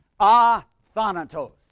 Athanatos